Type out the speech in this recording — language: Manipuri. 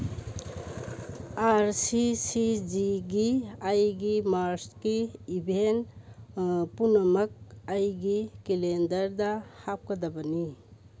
ꯑꯥꯔ ꯁꯤ ꯁꯤ ꯖꯤꯒꯤ ꯑꯩꯒꯤ ꯃꯥꯔꯁꯀꯤ ꯏꯚꯦꯟ ꯄꯨꯝꯅꯃꯛ ꯑꯩꯒꯤ ꯀꯦꯂꯦꯟꯗꯔꯗ ꯍꯥꯞꯀꯗꯕꯅꯤ